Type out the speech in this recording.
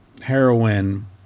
heroin